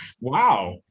Wow